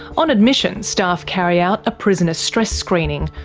on admission, staff carry out a prisoner stress screening,